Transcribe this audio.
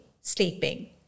sleeping